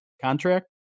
contract